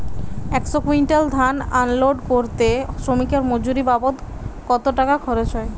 একশো কুইন্টাল ধান আনলোড করতে শ্রমিকের মজুরি বাবদ কত টাকা খরচ হয়?